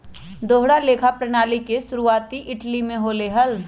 दोहरा लेखा प्रणाली के शुरुआती इटली में होले हल